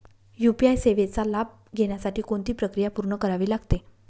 UPI सेवेचा लाभ घेण्यासाठी कोणती प्रक्रिया पूर्ण करावी लागते?